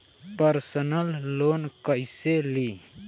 Personal loan कैसे ली?